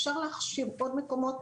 אפשר להכשיר עוד מקומות,